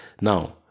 Now